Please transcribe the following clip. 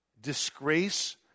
Disgrace